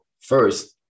first